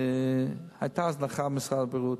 היתה הזנחה במשרד הבריאות,